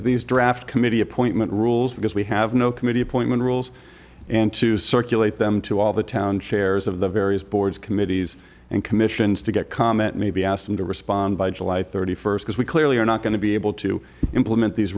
these draft committee appointment rules because we have no committee appointment rules and to circulate them to all the town chairs of the various boards committees and commissions to get comment maybe ask them to respond by july thirty first as we clearly are not going to be able to implement these